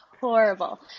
horrible